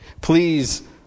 please